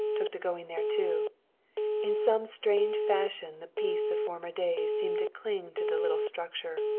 took to going there too. in some strange fashion the peace of former days seemed to cling to the little structure,